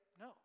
no